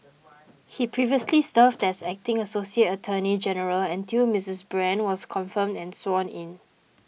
he previously served as acting associate attorney general until Miss Brand was confirmed and sworn in